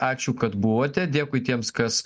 ačiū kad buvote dėkui tiems kas